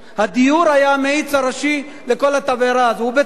הדיור היה המאיץ הראשי לכל התבערה הזאת, ובצדק,